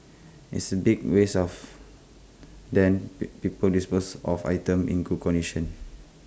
it's A big waste of then be people dispose of items in good condition